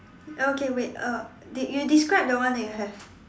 okay wait uh de~ you describe the one that you have